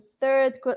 third